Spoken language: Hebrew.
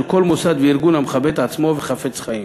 כל מוסד וארגון המכבד את עצמו וחפץ חיים.